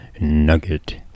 nugget